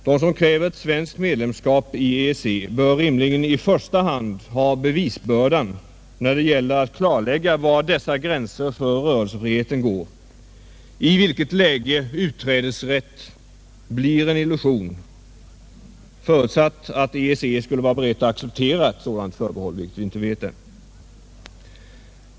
De som kräver ett svenskt medlemskap i EEC bör rimligen i första hand ha bevisbördan när det gäller att klarlägga var dessa gränser för rörelsefriheten går och i vilket läge utträdesrätt blir en illusion, förutsatt att EEC skulle vara berett att acceptera ett sådant förbehåll, vilket vi inte vet ännu.